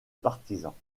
partisans